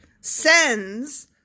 sends